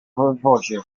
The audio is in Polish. wodzie